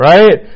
Right